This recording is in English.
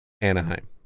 Anaheim